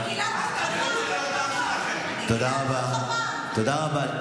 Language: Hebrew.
תודה רבה.